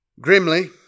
Grimly